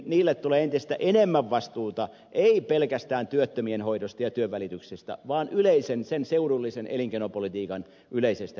niille tulee entistä enemmän vastuuta ei pelkästään työttömien hoidosta ja työnvälityksestä vaan yleisen seudullisen elinkeinopolitiikan edistämisestä